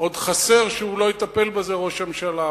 עוד חסר שהוא לא יטפל בזה, ראש הממשלה.